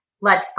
let